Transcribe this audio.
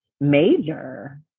major